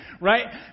right